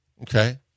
Okay